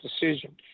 decision